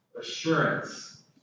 assurance